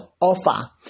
offer